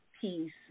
peace